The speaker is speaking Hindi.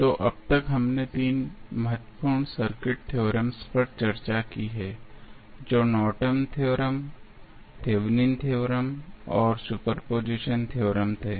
तो अब तक हमने 3 महत्वपूर्ण सर्किट थेओरेम्स पर चर्चा की है जो Norton theorem Nortons theorem Thevenin theorem Thevenins theorem और सुपरपोज़िशन थ्योरम थे